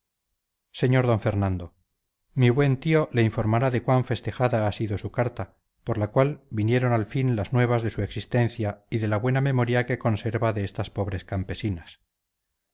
sr d fernando mi buen tío le informará de cuán festejada ha sido su carta por la cual vinieron al fin las nuevas de su existencia y de la buena memoria que conserva de estas pobres campesinas